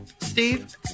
Steve